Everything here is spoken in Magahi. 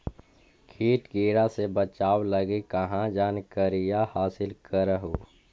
किट किड़ा से बचाब लगी कहा जानकारीया हासिल कर हू?